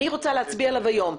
אני רוצה להצביע עליו היום.